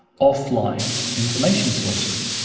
offline information sources.